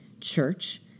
Church